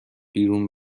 بیرون